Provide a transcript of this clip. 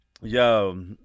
yo